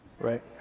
right